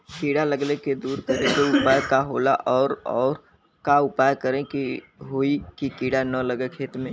कीड़ा लगले के दूर करे के उपाय का होला और और का उपाय करें कि होयी की कीड़ा न लगे खेत मे?